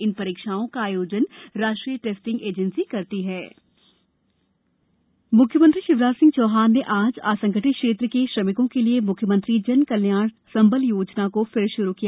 इन स्रीक्षाओं का आयोजन राष्ट्रीय टेस्टिंग एजेंसी करती हथ संबल योजना मुख्यमंत्री शिवराज सिंह चौहान ने आज असंगठित क्षेत्र के श्रमिकों के लिए मुख्यमंत्री जन कल्याण संबल योजना को फिर से श्रू किया